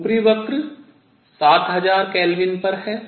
ऊपरी वक्र 7000 K पर है